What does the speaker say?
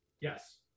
Yes